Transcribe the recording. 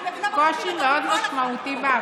שאני הצלחתי להעביר,